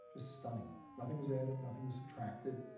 just stunning. nothing was added, nothing was subtracted.